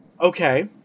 Okay